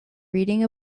reading